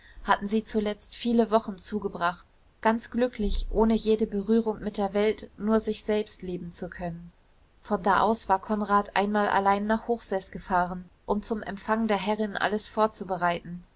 hatten sie zuletzt viele wochen zugebracht ganz glücklich ohne jede berührung mit der welt nur sich selbst leben zu können von da aus war konrad einmal allein nach hochseß gefahren um zum empfang der herrin alles vorzubereiten